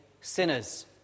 sinners